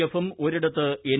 എഫും ഒരിടത്ത് എൻ